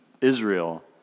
Israel